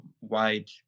wide